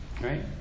Right